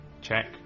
check